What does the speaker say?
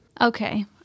Okay